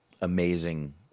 amazing